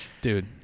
dude